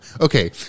okay